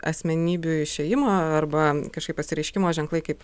asmenybių išėjimo arba kažkaip pasireiškimo ženklai kaip